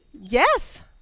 Yes